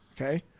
Okay